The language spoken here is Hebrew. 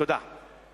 תודה.